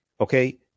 Okay